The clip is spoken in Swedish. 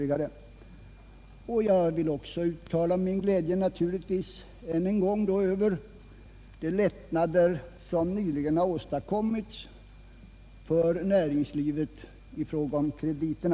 Sedan vill jag än en gång uttala min glädje över de lättnader som nyligen har åstadkommits för näringslivet i vad gäller krediterna.